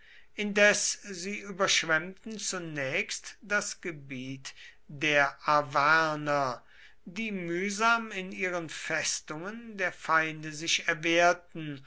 indes sie überschwemmten zunächst das gebiet der arverner die mühsam in ihren festungen der feinde sich erwehrten